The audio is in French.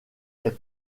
est